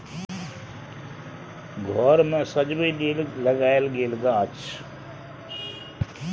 घर मे सजबै लेल लगाएल गेल गाछ